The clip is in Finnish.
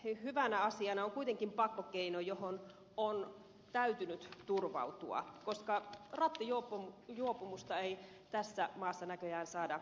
alkolukko hyvänäkin asiana on kuitenkin pakkokeino johon on täytynyt turvautua koska rattijuopumusta ei tässä maassa näköjään saada kitkettyä